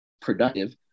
productive